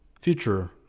future